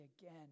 again